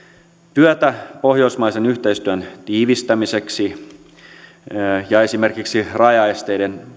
työtä pohjoismaisen yhteistyön tiivistämiseksi ja esimerkiksi rajaesteiden